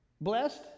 blessed